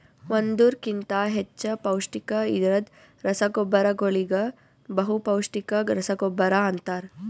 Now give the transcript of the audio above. ಒಂದುರ್ ಕಿಂತಾ ಹೆಚ್ಚ ಪೌಷ್ಟಿಕ ಇರದ್ ರಸಗೊಬ್ಬರಗೋಳಿಗ ಬಹುಪೌಸ್ಟಿಕ ರಸಗೊಬ್ಬರ ಅಂತಾರ್